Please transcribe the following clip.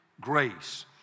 grace